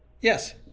Yes